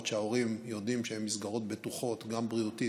שההורים יודעים שהן מסגרות בטוחות גם בריאותית,